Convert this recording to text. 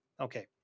Okay